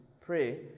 pray